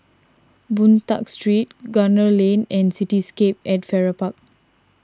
Boon Tat Street Gunner Lane and Cityscape at Farrer Park